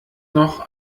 noch